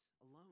alone